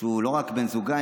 שהוא לא רק בן זוגה,